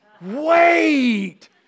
wait